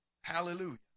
Hallelujah